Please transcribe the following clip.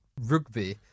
rugby